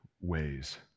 ways